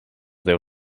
deu